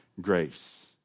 grace